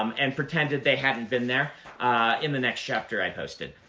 um and pretended they hadn't been there in the next chapter i posted.